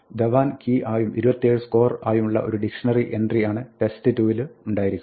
Dhawan key ആയും 27 score ആയുമുള്ള ഒരു ഡിക്ഷ്ണറി എൻട്രി ആണ് test2 ലുണ്ടായിരിക്കുക